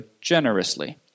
generously